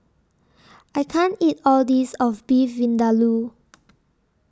I can't eat All This of Beef Vindaloo